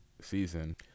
season